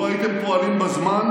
לו הייתם פועלים בזמן,